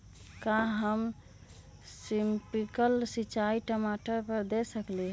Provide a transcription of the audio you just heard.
का हम स्प्रिंकल सिंचाई टमाटर पर दे सकली ह?